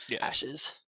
Ashes